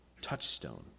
Touchstone